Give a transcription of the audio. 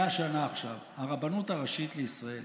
100 שנה עכשיו, הרבנות הראשית לישראל